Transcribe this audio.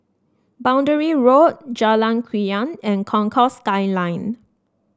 Boundary Road Jalan Krian and Concourse Skyline